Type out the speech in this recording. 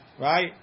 Right